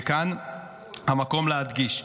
וכאן המקום להדגיש: